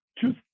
two